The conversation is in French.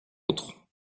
autres